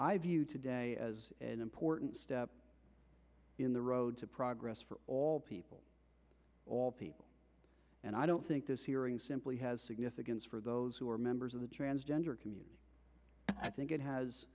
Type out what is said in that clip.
i view today as an important step in the road to progress for all people all people and i don't think this hearing simply has significance for those who are members of the transgender community i think it has